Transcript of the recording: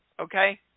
okay